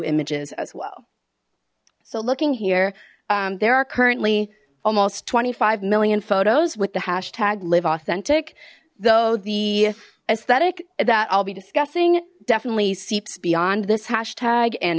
images as well so looking here there are currently almost twenty five million photos with the hashtag live authentic though the aesthetic that i'll be discussing definitely seeps beyond this hashtag and